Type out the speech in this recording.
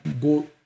go